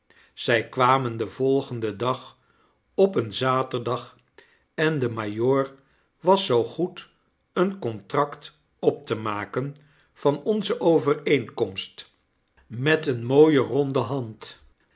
zy kwamen den volgenden dag op een zaterdag en de majoor was zoo goed een contract op te maken van onze overeenkomst meteene mooie ronde hand